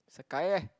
it's a kayak